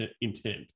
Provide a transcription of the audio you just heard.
intent